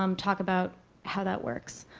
um talk about how that works.